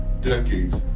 decades